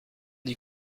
n’y